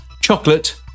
chocolate